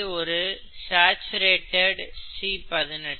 இது ஒரு saturated C18